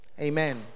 Amen